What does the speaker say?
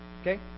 Okay